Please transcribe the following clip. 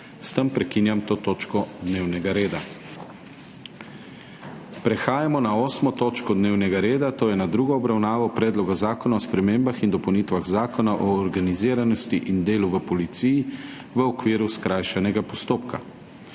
S tem zaključujem to točko dnevnega reda. Nadaljujemo sprekinjeno 8. točko dnevnega reda, to je s tretjo obravnavo Predloga zakona o spremembah in dopolnitvah Zakona o organiziranosti in delu v policiji v okviru skrajšanega postopka.